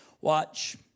Watch